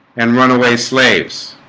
and runaway slaves,